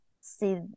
See